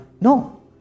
No